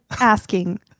asking